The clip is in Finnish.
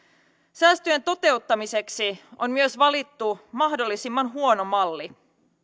säästöjen toteuttamiseksi on myös valittu mahdollisimman huono malli